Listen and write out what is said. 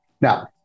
Now